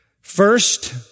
First